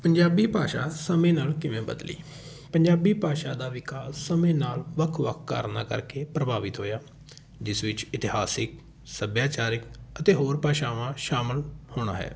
ਪੰਜਾਬੀ ਭਾਸ਼ਾ ਸਮੇਂ ਨਾਲ ਕਿਵੇਂ ਬਦਲੀ ਪੰਜਾਬੀ ਭਾਸ਼ਾ ਦਾ ਵਿਕਾਸ ਸਮੇਂ ਨਾਲ ਵੱਖ ਵੱਖ ਕਾਰਨਾਂ ਕਰਕੇ ਪ੍ਰਭਾਵਿਤ ਹੋਇਆ ਜਿਸ ਵਿੱਚ ਇਤਿਹਾਸਿਕ ਸੱਭਿਆਚਾਰਿਕ ਅਤੇ ਹੋਰ ਭਾਸ਼ਾਵਾਂ ਸ਼ਾਮਿਲ ਹੋਣਾ ਹੈ